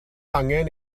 angen